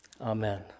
amen